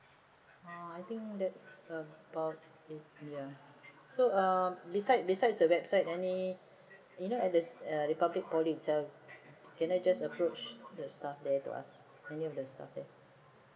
ah I think that's about it ya so um besides besides the website any you know at the republic poly itself cab I just approach the staff there to ask any of the staff there